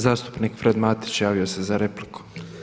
Zastupnik Fred Matić javio se za repliku.